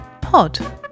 pod